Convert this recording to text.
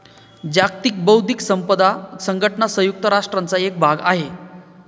जागतिक बौद्धिक संपदा संघटना संयुक्त राष्ट्रांचा एक भाग आहे